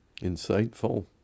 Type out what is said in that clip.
Insightful